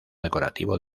decorativo